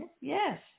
Yes